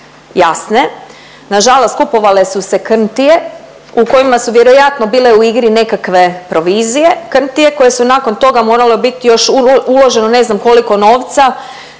jasne. Nažalost, kupovale su se krntije u kojima su vjerojatno bile u igri nekakve provizije, krntije koje su nakon toga morale bit još uloženo ne znam koliko novca